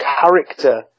character